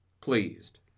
pleased